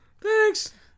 Thanks